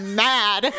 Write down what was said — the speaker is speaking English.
mad